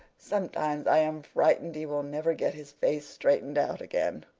sometimes i am frightened he will never get his face straightened out again.